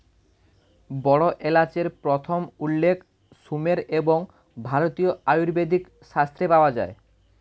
বড় এলাচের প্রথম উল্লেখ সুমের এবং ভারতীয় আয়ুর্বেদিক শাস্ত্রে পাওয়া যায়